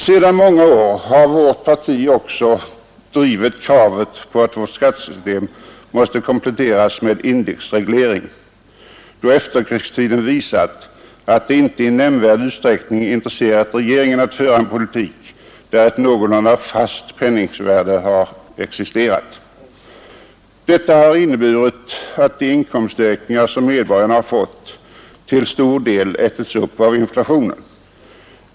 Sedan många år har vårt parti också drivit kravet på att vårt skattesystem måste kompletteras med en indexreglering, då efterkrigs tiden visat att det inte i nämnvärd utsträckning intresserat regeringen att föra en politik, där ett någorlunda fast penningvärde har existerat. Detta har inneburit att de inkomstökningar som medborgarna har fått till stor del ätits upp av inflationen.